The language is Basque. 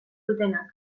dutenak